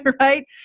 right